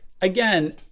again